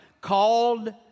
called